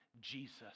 Jesus